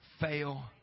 fail